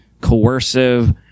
coercive